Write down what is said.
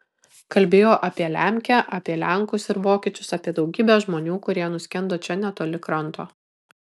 kalbėjo apie lemkę apie lenkus ir vokiečius apie daugybę žmonių kurie nuskendo čia netoli kranto